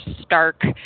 stark